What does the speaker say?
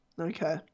okay